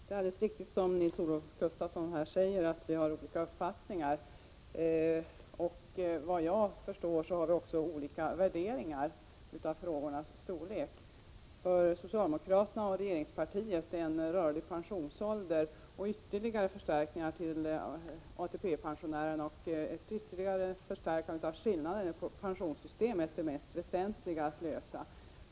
Herr talman! Det är alldeles riktigt som Nils-Olof Gustafsson här säger, att vi har olika uppfattningar. Såvitt jag förstår har vi också olika värderingar av frågornas storlek. För socialdemokraterna och regeringspartiet är en rörlig pensionsålder och ytterligare förstärkningar till ATP-pensionärerna och ett ytterligare förstärkande av skillnaderna i pensionssystemet de mest väsentliga frågorna att lösa.